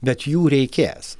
bet jų reikės